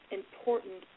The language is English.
important